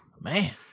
Man